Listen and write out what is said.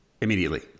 immediately